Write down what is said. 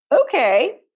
okay